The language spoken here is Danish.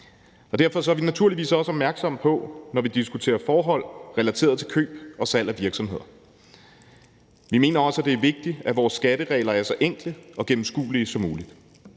derfor er vi naturligvis også opmærksomme på det, når vi diskuterer forhold relateret til køb og salg af virksomheder. Vi mener også, at det er vigtigt, at vores skatteregler er så enkle og gennemskuelige som muligt.